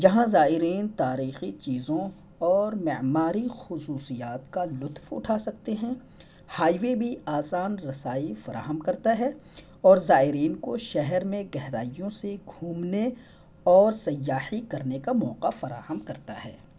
جہاں زائرین تاریخی چیزوں اور معماری خصوصیات کا لطف اٹھا سکتے ہیں ہائی وے بھی آسان رسائی فراہم کرتا ہے اور زائرین کو شہر میں گہرائیوں سے گھومنے اور سیاحی کرنے کا موقع فراہم کرتا ہے